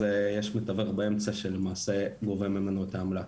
יש מתווך באמצע שלמעשה גובה ממנו את העמלה.